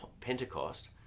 Pentecost